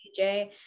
DJ